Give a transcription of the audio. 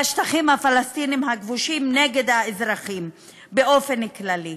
בשטחים הפלסטיניים הכבושים נגד האזרחים באופן כללי.